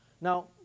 Now